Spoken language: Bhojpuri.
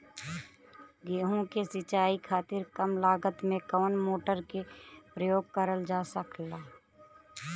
गेहूँ के सिचाई खातीर कम लागत मे कवन मोटर के प्रयोग करल जा सकेला?